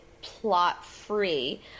plot-free